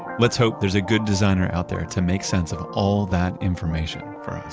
let's hope there's a good designer out there to make sense of all that information for